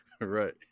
right